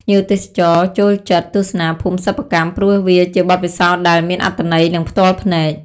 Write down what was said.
ភ្ញៀវទេសចរចូលចិត្តទស្សនាភូមិសិប្បកម្ម ព្រោះវាជាបទពិសោធន៍ដែល មានអត្ថន័យ និងផ្ទាល់ភ្នែក។